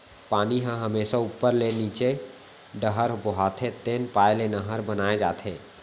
पानी ह हमेसा उप्पर ले नीचे डहर बोहाथे तेन पाय ले नहर बनाए जाथे